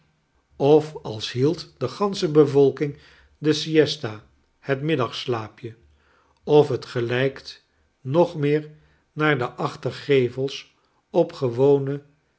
of als hield de gansche bevolking de siesta het middagslaapje of het gelijkt nog meer naar de achtergevels op gewone